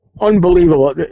Unbelievable